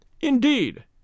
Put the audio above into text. Indeed